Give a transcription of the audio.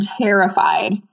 terrified